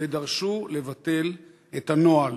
ודרשו לבטל את הנוהל